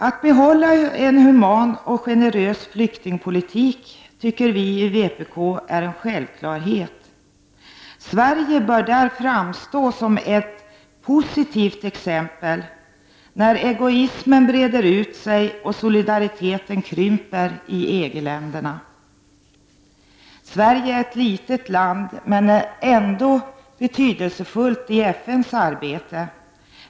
Att behålla en human och generös flyktingpolitik tycker vi i vpk är en självklarhet. Sverige bör där framstå som ett positivt exempel när egoismen breder ut sig och solidariteten krymper i EG-län Sverige är ett litet land men ändå betydelsefullt i FN:s arbete.